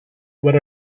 what